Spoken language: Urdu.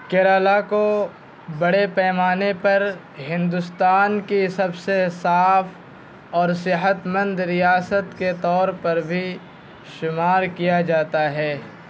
کیرل کو بڑے پیمانے پر ہندوستان کی سب سے صاف اور صحت مند ریاست کے طور پر بھی شمار کیا جاتا ہے